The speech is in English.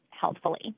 healthfully